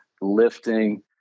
lifting